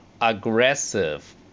aggressive